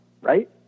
right